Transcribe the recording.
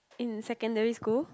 in secondary school